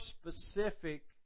specific